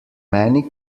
many